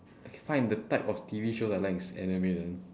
find the type of T_V shows I like is anime then